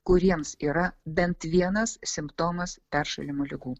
kuriems yra bent vienas simptomas peršalimo ligų